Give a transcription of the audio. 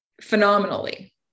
phenomenally